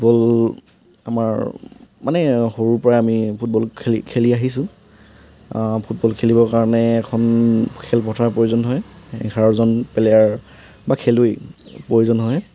football আমাৰ মানে সৰুৰ পৰা আমি ফুটবল খেল খেলি আহিছোঁ ফুটবল খেলিবৰ কাৰণে এখন খেলপথাৰৰ প্ৰয়োজন হয় এঘাৰজন প্লেয়াৰ বা খেলুৱৈৰ প্ৰয়োজন হয়